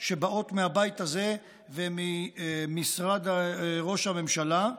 שבאות מהבית הזה וממשרד ראש הממשלה,